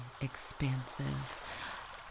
expansive